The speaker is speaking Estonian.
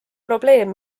probleem